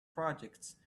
projects